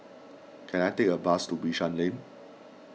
can I take a bus to Bishan Lane